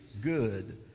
good